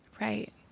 Right